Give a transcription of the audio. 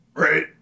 Right